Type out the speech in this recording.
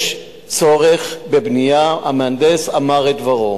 יש צורך בבנייה, המהנדס אמר את דברו.